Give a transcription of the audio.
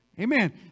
Amen